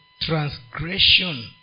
transgression